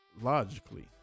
logically